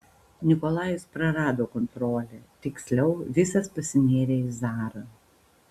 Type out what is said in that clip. nikolajus prarado kontrolę tiksliau visas pasinėrė į zarą